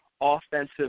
offensive